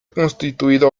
constituido